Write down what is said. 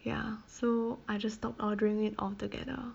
ya so I just stopped ordering it altogether